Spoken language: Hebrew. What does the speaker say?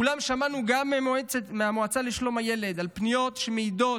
אולם שמענו גם מהמועצה לשלום הילד על פניות שמעידות